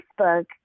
Facebook